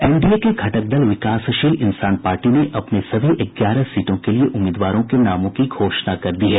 NDA के घटक दल विकासशील इंसान पार्टी ने अपने सभी ग्यारह सीटों के लिये उम्मीदवारों के नामों की घोषणा कर दी है